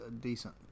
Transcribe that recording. decent